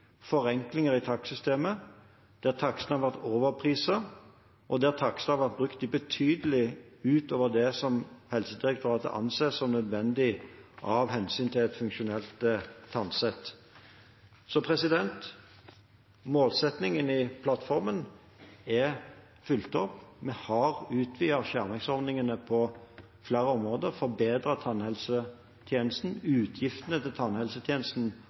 forenklinger i takstsystemet, der takstene har vært overpriset, og der takstene har vært brukt betydelig utover det som Helsedirektoratet anser som nødvendig av hensyn til et funksjonelt tannsett. Så målsettingen i plattformen er fulgt opp. Vi har utvidet skjermingsordningene på flere områder og forbedret tannhelsetjenesten. Utgiftene til tannhelsetjenesten